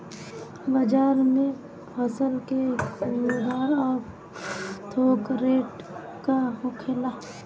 बाजार में फसल के खुदरा और थोक रेट का होखेला?